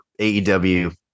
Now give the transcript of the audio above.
aew